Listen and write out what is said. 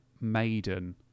Maiden